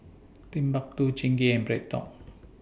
Timbuk two Chingay and BreadTalk